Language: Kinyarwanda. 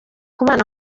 kubana